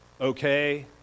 okay